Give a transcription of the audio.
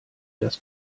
das